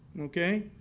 okay